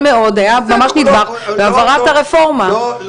והשעה היא 09:15. תודה